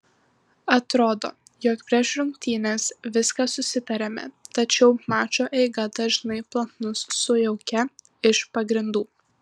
atrodo jog prieš rungtynes viską susitariame tačiau mačo eiga dažnai planus sujaukia iš pagrindų